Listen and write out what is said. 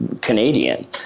Canadian